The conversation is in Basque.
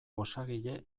osagile